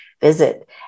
visit